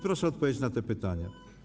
Proszę odpowiedzieć na te pytania.